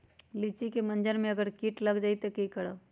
लिचि क मजर म अगर किट लग जाई त की करब?